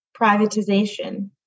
privatization